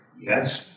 Yes